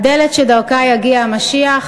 הדלת שדרכה יגיע המשיח,